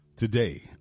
Today